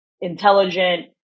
intelligent